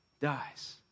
dies